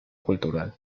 cultural